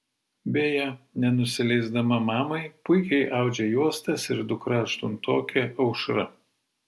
beje nenusileisdama mamai puikiai audžia juostas ir dukra aštuntokė aušra